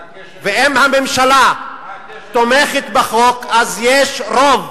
מה הקשר, ואם הממשלה תומכת בחוק, אז יש רוב